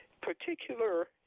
particular